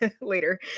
later